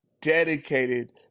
dedicated